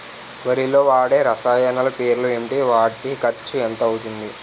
వరిలో వాడే రసాయనాలు పేర్లు ఏంటి? వాటి ఖర్చు ఎంత అవతుంది?